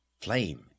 flame